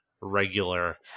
regular